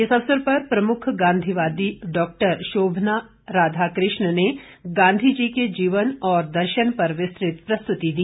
इस अवसर पर प्रमुख गांधीवादी डॉक्टर शोभना राधाकृष्ण ने गांधी जी के जीवन और दर्शन पर विस्तृत प्रस्तुति दी